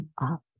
up